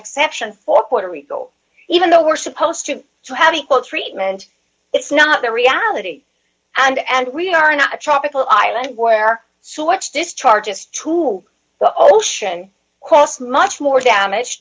exception for puerto rico even though we're supposed to have equal treatment it's not the reality and and we are not a tropical island where swatch discharges to the ocean cost much more damage